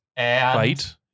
fight